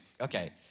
Okay